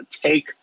take